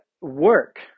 Work